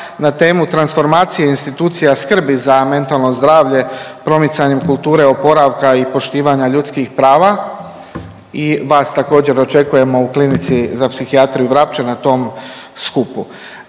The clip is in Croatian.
na temu „Transformacija institucija skrbi za mentalno zdravlje promicanjem kulture oporavka i poštivanja ljudskih prava“ i vas također očekujemo u Klinici za psihijatriju Vrapče na tom skupu.